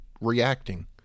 reacting